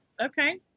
Okay